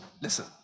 Listen